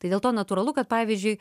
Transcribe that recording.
tai dėl to natūralu kad pavyzdžiui